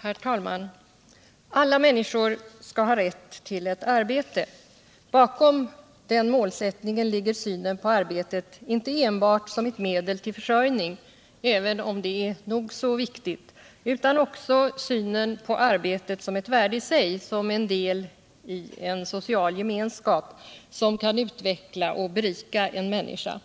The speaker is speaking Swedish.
Herr talman! Alla människor skall ha rätt till ett arbete. Bakom den målsättningen ligger inte enbart synen på arbetet som ett medel till försörjning — även om det är nog så viktigt — utan också synen på arbetet som ett värde i sig, som en del i en social gemenskap som kan utveckla och berika en människa.